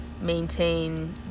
maintain